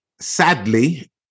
Sadly